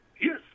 Yes